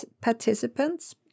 participants